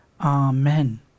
Amen